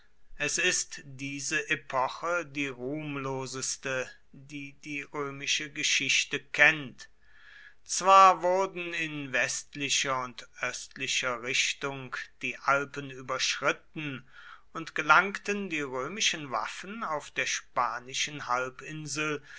es ist diese epoche die ruhmloseste die die römische geschichte kennt zwar wurden in westlicher und östlicher richtung die alpen überschritten und gelangten die römischen waffen auf der spanischen halbinsel